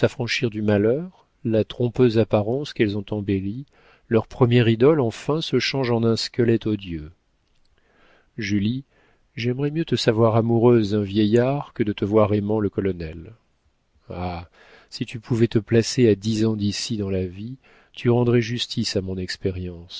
s'affranchir du malheur la trompeuse apparence qu'elles ont embellie leur première idole enfin se change en un squelette odieux julie j'aimerais mieux te savoir amoureuse d'un vieillard que de te voir aimant le colonel ah si tu pouvais te placer à dix ans d'ici dans la vie tu rendrais justice à mon expérience